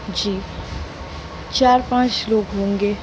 जी चार पाँच लोग होंगे